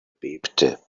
bebte